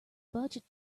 budget